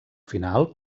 final